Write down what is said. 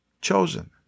chosen